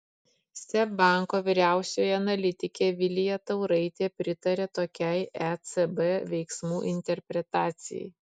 seb banko vyriausioji analitikė vilija tauraitė pritaria tokiai ecb veiksmų interpretacijai